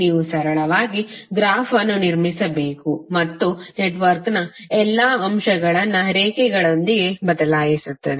ನೀವು ಸರಳವಾಗಿ ಗ್ರಾಫ್ ಅನ್ನು ನಿರ್ಮಿಸಬೇಕು ಅದು ನೆಟ್ವರ್ಕ್ನ ಎಲ್ಲಾ ಅಂಶಗಳನ್ನು ರೇಖೆಗಳೊಂದಿಗೆ ಬದಲಾಯಿಸುತ್ತದೆ